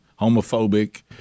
homophobic